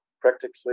practically